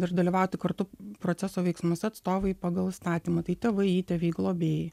ir dalyvauti kartu proceso veiksmuose atstovai pagal įstatymą tai tėvai įtėviai globėjai